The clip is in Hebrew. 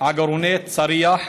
עגורני צריח,